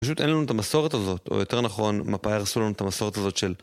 פשוט אין לנו את המסורת הזאת, או יותר נכון, מפאי הרסו לנו את המסורת הזאת של...